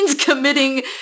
committing